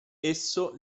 esso